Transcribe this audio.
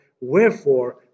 Wherefore